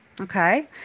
Okay